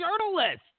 journalist